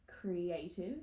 creative